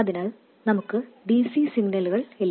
അതിനാൽ നമുക്ക് dc സിഗ്നലുകൾ ഇല്ല